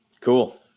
Cool